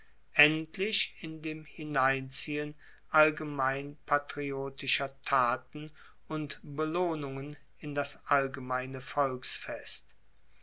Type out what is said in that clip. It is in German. endlich in dem hineinziehen allgemein patriotischer taten und belohnungen in das allgemeine volksfest